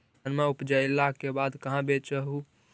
धनमा उपजाईला के बाद कहाँ बेच हू?